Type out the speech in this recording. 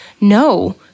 no